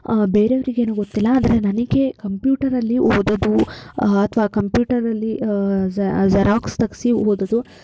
ಬೇರೆಯವ್ರಿಗೆ ಏನು ಗೊತ್ತಿಲ್ಲ ಆದರೆ ನನಗೆ ಕಂಪ್ಯೂಟರಲ್ಲಿ ಓದೋದು ಅಥವಾ ಕಂಪ್ಯೂಟರಲ್ಲಿ ಜೆ ಜೆರಾಕ್ಸ್ ತೆಗ್ಸಿ ಓದೋದು